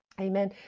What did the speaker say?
Amen